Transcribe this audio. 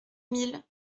mille